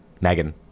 Megan